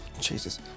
Jesus